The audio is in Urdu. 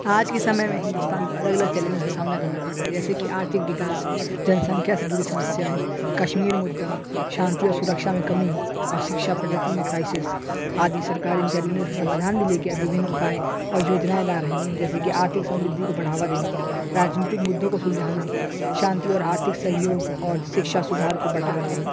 آج کی سمئے میں ہندوستان کو الگ الگ چیلینجیز کا سامنا کرنا پڑ رہا ہے جیسے کہ آرتھک وکاس جن سنکھیا سے جڑی سمسیائیں کشمیر مدعا شانتی اور سرکچھا میں کمی اور شکچھا پرگتی میں کرائسس آدی سرکار ان چیلینجیز کا سمادھان بھی لے کے وبھن اپائے اور یوجنائیں لا رہی ہے جیسے کہ آرتھک سمبردھی کو بڑھاوا دینا راجنیتک مدعوں کو سلجھانا شانتی اور آرتھک سہیوگ اور شکچھا سدھار کو بڑھاوا دینا